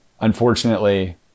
unfortunately